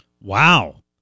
Wow